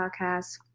podcast